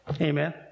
Amen